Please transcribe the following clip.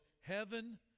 heaven